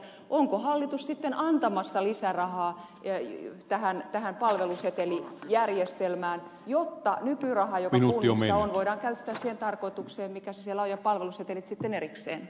onko hallitus sitten antamassa lisärahaa tähän palvelusetelijärjestelmään jotta nykyraha joka kunnissa on voidaan käyttää siihen tarkoitukseen mikä siellä on ja palvelusetelit sitten erikseen